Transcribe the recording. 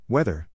Weather